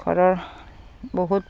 ঘৰৰ বহুত